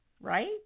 right